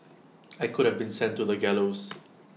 I could have been sent to the gallows